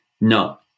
No